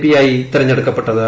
പിയായി തെരഞ്ഞെടുക്കപ്പെട്ടത്